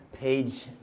page